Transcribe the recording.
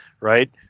right